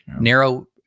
narrow